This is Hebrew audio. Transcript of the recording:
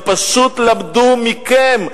הם פשוט למדו מכם,